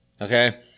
Okay